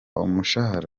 umushahara